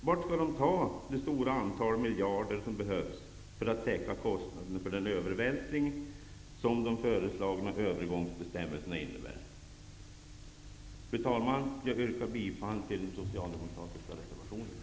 Varifrån skall de ta det stora antal miljarder som behövs för att täcka kostnaderna för den övervältring som de föreslagna övergångsbestämmelserna innebär? Fru talman! Jag yrkar bifall till de socialdemokratiska reservationerna.